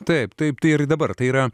taip taip tai ir dabar tai yra